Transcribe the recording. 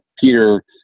Peter